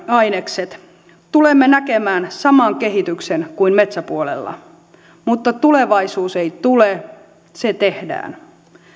ainekset tulemme näkemään saman kehityksen kuin metsäpuolella mutta tulevaisuus ei tule se tehdään